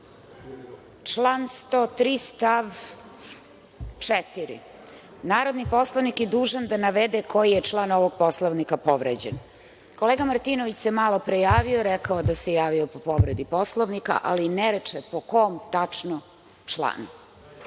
Član 103. stav 4, narodni poslanik je dužan da navede koji je član ovog Poslovnika povređen. Kolega Martinović se malopre javio i rekao da se javio po povredi Poslovnika, ne reče po kom tačno članu.